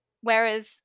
whereas